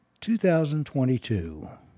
2022